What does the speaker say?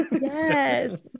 Yes